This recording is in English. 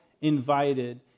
invited